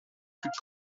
plus